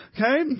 okay